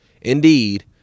Indeed